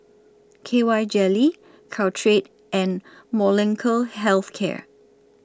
K Y Jelly Caltrate and Molnylcke Health Care